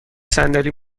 صندلی